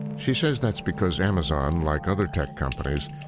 she says that's because amazon, like other tech companies,